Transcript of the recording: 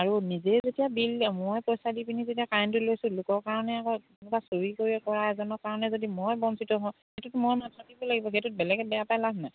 আৰু নিজেই যেতিয়া বিল মই পইচা দি পিনি যেতিয়া কাৰেণ্টটো লৈছোঁ লোকৰ কাৰণে আকৌ তেনেকুৱা চুৰি তুৰি কৰা এজনৰ কাৰণে যদি মই বঞ্চিত হওঁ সেইটোত মই মাত মাতিব লাগিব সেইটোত বেলেগে বেয়া পাই লাভ নাই